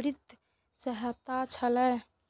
वित्तीय सहायता छियै